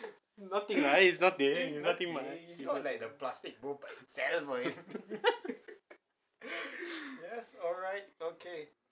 nothing lah it's nothing nothing much